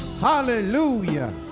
hallelujah